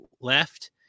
left